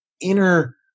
inner